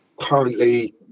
currently